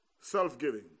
self-giving